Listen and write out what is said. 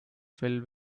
fell